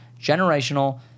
generational